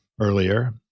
earlier